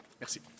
Merci